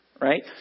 right